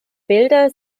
bilder